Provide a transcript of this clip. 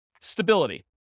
Stability